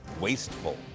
wasteful